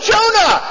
Jonah